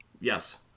Yes